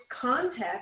context